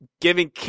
giving